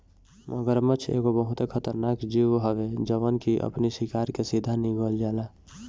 मगरमच्छ एगो बहुते खतरनाक जीव हवे जवन की अपनी शिकार के सीधा निगल जाला